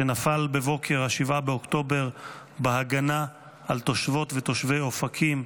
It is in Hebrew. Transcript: שנפל בבוקר 7 באוקטובר בהגנה על תושבות ותושבי אופקים.